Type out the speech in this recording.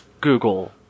Google